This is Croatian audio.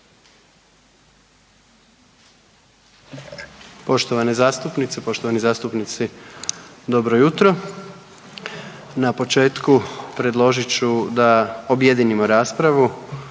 Poštovane zastupnice, poštovani zastupnici, dobro jutro. Na početku predložit ću da objedinimo raspravu